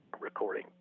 recording